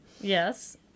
Yes